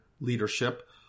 leadership